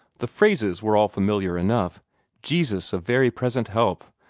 the phrases were all familiar enough jesus a very present help,